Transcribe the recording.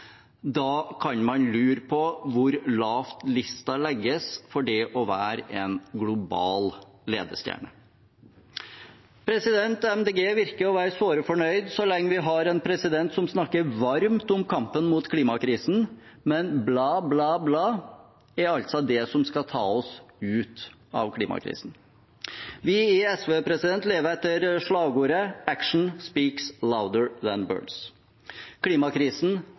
kan man lure på hvor lavt listen legges for det å være en global ledestjerne. Miljøpartiet De Grønne virker å være såre fornøyd så lenge vi har en president som snakker varmt om kampen mot klimakrisen, men bla-bla-bla er altså det som skal ta oss ut av klimakrisen. Vi i SV lever etter slagordet «action speaks louder than words». Klimakrisen